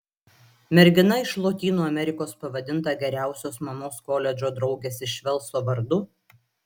mergina iš lotynų amerikos pavadinta geriausios mamos koledžo draugės iš velso vardu